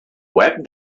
web